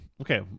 okay